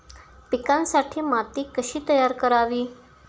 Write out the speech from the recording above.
पिकांसाठी माती कशी तयार करावी?